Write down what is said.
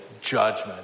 judgment